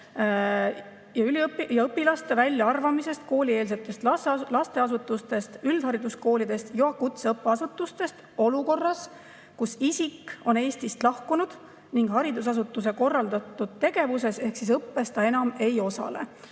ja õpilaste väljaarvamiseks koolieelsetest lasteasutustest, üldhariduskoolidest ja kutseõppeasutustest olukorras, kus isik on Eestist lahkunud ning haridusasutuse korraldatud tegevuses ehk õppes ta enam ei osale.